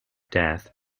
death